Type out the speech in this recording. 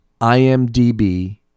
IMDb